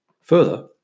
Further